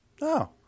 No